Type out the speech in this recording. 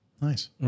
Nice